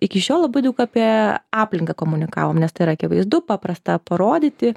iki šiol labai daug apie aplinką komunikavom nes tai yra akivaizdu paprasta parodyti